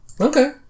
Okay